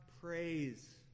praise